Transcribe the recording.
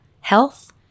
health